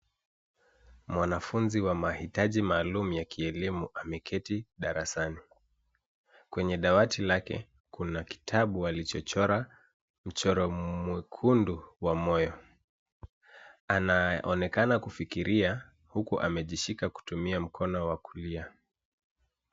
Mwanafunzi wa mahitaji maalum ya kielimu ameketi darasani. Kwenye dawati lake kuna kitabu alichochora mchoro mwekundu wa moyo. Anaonekana kufikiria huku amejishika kutumia mkono wa kulia.